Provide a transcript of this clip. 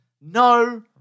no